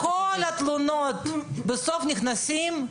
כל התלונות בסוף נכנסות.